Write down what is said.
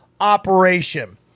operation